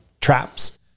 traps